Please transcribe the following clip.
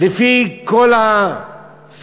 לפי כל הסקרים,